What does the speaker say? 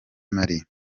mali